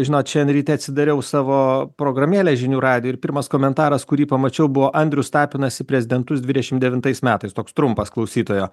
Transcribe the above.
žinot šiandien ryte atsidariau savo programėlę žinių radijui ir pirmas komentaras kurį pamačiau buvo andrius tapinas į prezidentus dvidešimt devintais metais toks trumpas klausytojo